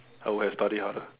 I would have study harder